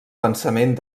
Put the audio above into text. pensament